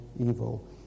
evil